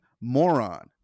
moron